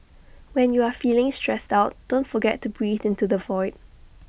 when you are feeling stressed out don't forget to breathe into the void